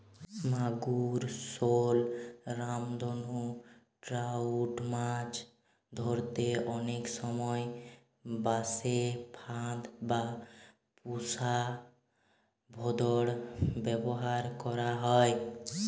মাগুর, শল, রামধনু ট্রাউট মাছ ধরতে অনেক সময় বাঁশে ফাঁদ বা পুশা ভোঁদড় ব্যাভার করা হয়